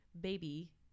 baby